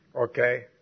Okay